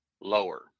lower